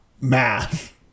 math